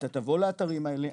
אתה תבוא לאתרים האלה,